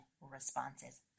responses